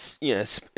Yes